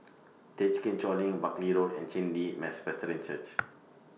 Thekchen Choling Buckley Road and Chen Li Presbyterian Church